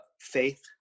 faith